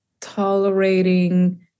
tolerating